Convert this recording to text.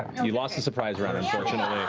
you lost the surprise round, unfortunately.